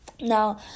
Now